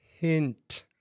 hint